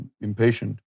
impatient